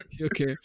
okay